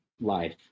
life